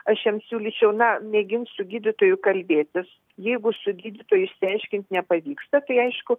aš jam siūlyčiau na mėgint su gydytoju kalbėtis jeigu su gydytoju išsiaiškint nepavyksta tai aišku